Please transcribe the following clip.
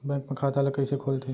Bank म खाता ल कइसे खोलथे?